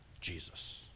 Jesus